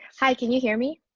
hi, can you hear me?